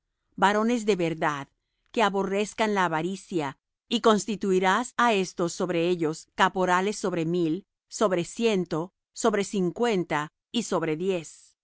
varones de verdad que aborrezcan la avaricia y constituirás á éstos sobre ellos caporales sobre mil sobre ciento sobre cincuenta y sobre diez